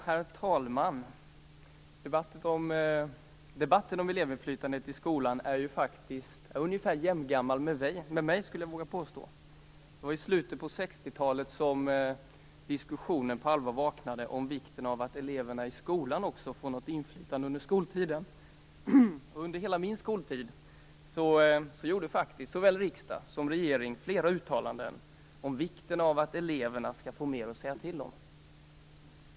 Herr talman! Debatten om elevinflytandet i skolan är faktiskt jämngammal med mig, skulle jag vilja påstå. Det var i slutet på 60-talet som diskussionen på allvar vaknade om vikten av att eleverna i också skolan får något inflytande under skoltiden. Under hela min skoltid gjorde såväl riksdag som regering flera uttalanden om vikten att eleverna skall få mer att säga till om.